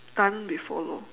can't be follow